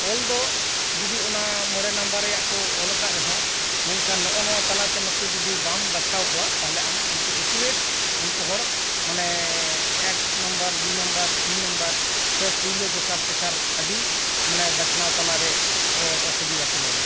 ᱚᱞ ᱫᱚ ᱡᱩᱫᱤ ᱚᱱᱟ ᱢᱚᱬᱮ ᱱᱟᱢᱵᱟᱨ ᱨᱮᱭᱟᱜ ᱠᱚ ᱚᱞ ᱟᱠᱟᱫ ᱨᱮᱦᱚᱸ ᱢᱮᱱᱠᱷᱟᱱ ᱱᱚᱜᱼᱚ ᱱᱚᱣᱟ ᱛᱟᱞᱟᱛᱮ ᱱᱩᱠᱩ ᱡᱩᱫᱤ ᱵᱟᱢ ᱵᱟᱪᱷᱟᱣ ᱠᱚᱣᱟ ᱛᱟᱦᱚᱞᱮ ᱟᱢ ᱩᱱᱠᱩ ᱮᱠᱩᱨᱮᱴ ᱩᱱᱠᱩ ᱦᱚᱲ ᱢᱟᱱᱮ ᱮᱠ ᱱᱟᱢᱵᱟᱨ ᱫᱩ ᱱᱟᱢᱵᱟᱨ ᱛᱤᱱ ᱱᱟᱢᱵᱟᱨ ᱥᱮ ᱯᱩᱭᱞᱟᱹ ᱫᱚᱥᱟᱨ ᱛᱮᱥᱟᱨ ᱟᱹᱰᱤ ᱢᱟᱱᱮ ᱵᱟᱪᱷᱱᱟᱣ ᱛᱟᱞᱟᱨᱮ ᱚᱥᱩᱵᱤᱫᱷᱟ ᱛᱤᱸᱜᱩᱱᱟ